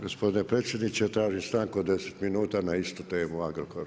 Gospodine predsjedniče, tražim stanku od 10 minuta na istu temu Agrokor.